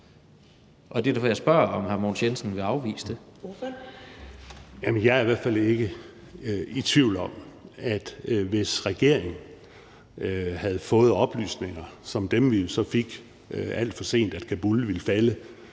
Ordføreren. Kl. 15:10 Mogens Jensen (S): Jeg er i hvert fald ikke i tvivl om, at hvis regeringen havde fået oplysninger som dem, vi jo så fik alt for sent, om, at Kabul ville falde,